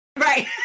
Right